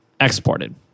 exported